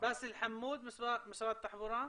אמר בתחילת